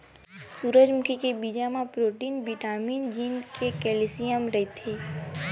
सूरजमुखी के बीजा म प्रोटीन, बिटामिन, जिंक अउ केल्सियम रहिथे